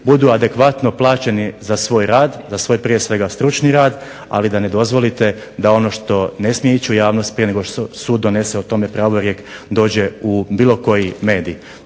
budu adekvatno plaćeni za svoj rad, za svoj prije svega stručni rad ali da ne dozvolite da ono što ne smije ići u javnost prije nego što sud donese o tome pravorijek, dođe u bilo koji medij.